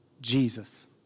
Jesus